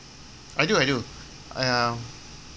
I do I do I uh